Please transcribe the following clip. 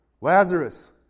Lazarus